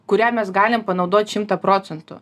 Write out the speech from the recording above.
kurią mes galim panaudot šimtą procentų